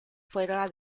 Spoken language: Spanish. fuera